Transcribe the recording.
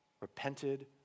repented